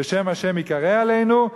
ושם ה' ייקרא עלינו,